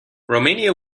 romania